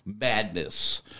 madness